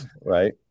right